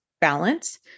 balance